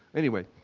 anyway,